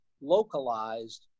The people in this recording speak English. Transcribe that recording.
localized